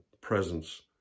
presence